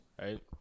right